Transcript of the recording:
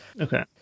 Okay